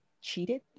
cheated